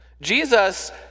Jesus